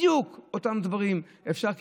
בדיוק אותם דברים אפשר לומר,